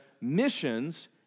missions